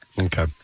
Okay